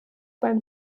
beim